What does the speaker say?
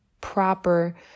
proper